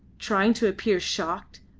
trying to appear shocked,